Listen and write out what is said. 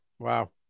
Wow